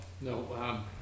no